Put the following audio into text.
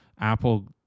Apple